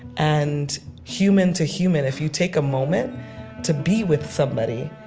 and human to human, if you take a moment to be with somebody,